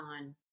On